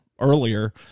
earlier